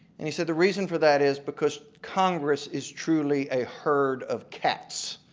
and he said the reason for that is because congress is truly a herd of cats.